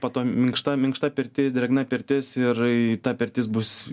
po to minkšta minkšta pirtis drėgna pirtis ir ta pirtis bus